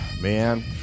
Man